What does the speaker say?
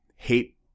hate